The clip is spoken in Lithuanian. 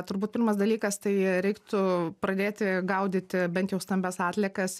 turbūt pirmas dalykas tai reiktų pradėti gaudyti bent jau stambias atliekas